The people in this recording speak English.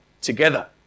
together